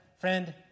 friend